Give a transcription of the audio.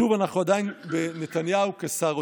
שוב, אנחנו עדיין בנתניהו כשר אוצר: